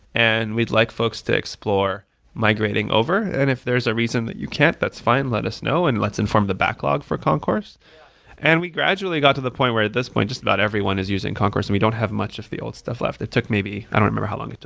and we'd like folks to explore migrating over, and if there is a reason that you can't, that's fine, let us know and let's inform the backlog for concourse and we gradually got to the point where at this point just about everyone is using concourse. and we don't have much of the old stuff left. it took maybe i don't remember how long it took,